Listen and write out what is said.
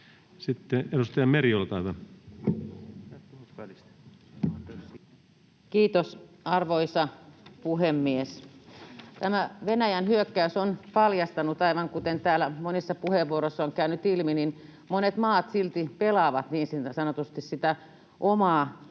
Time: 14:26 Content: Kiitos, arvoisa puhemies! Tämä Venäjän hyökkäys on paljastanut, aivan kuten täällä monessa puheenvuorossa on käynyt ilmi, että monet maat silti niin sanotusti pelaavat